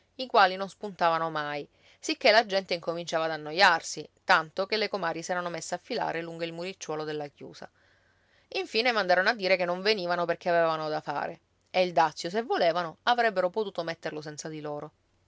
i quali non spuntavano mai sicché la gente incominciava ad annoiarsi tanto che le comari s'erano messe a filare lungo il muricciuolo della chiusa infine mandarono a dire che non venivano perché avevano da fare e il dazio se volevano avrebbero potuto metterlo senza di loro